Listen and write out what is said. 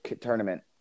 tournament